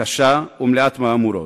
קשה ומלאת מהמורות.